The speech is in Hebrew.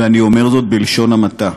ואני אומר זאת בלשון המעטה.